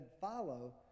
follow